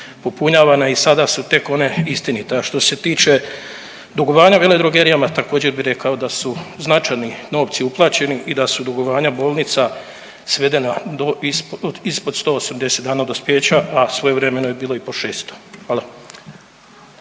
i sada su tek one istinite. A što se tiče dugovanja veledrogerijama također bih rekao da su značajni novci uplaćeni i da su dugovanja bolnica svedena ispod 180 dana dospijeća, a svojevremeno je bilo i po 600. Hvala